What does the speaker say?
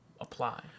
apply